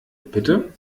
bitte